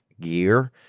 gear